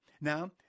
Now